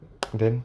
then